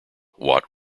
watt